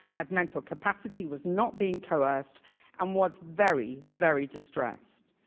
had mental capacity, was not being coerced and was very, very distressed.